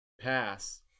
pass